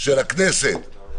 הכנסת גמרה,